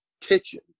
kitchen